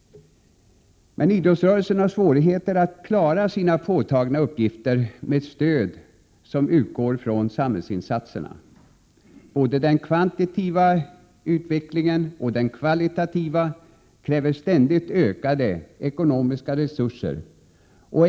Idrottsrörelsen har dock svårigheter att klara sina påtagna uppgifter med det stöd som utgår från samhällsinstanserna. Både den kvantitativa och den kvalitativa utvecklingen kräver ständigt ökade ekonomiska resurser.